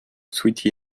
sweaty